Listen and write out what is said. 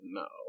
no